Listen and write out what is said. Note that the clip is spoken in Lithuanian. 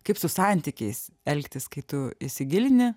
kaip su santykiais elgtis kai tu įsigilini